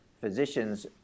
physicians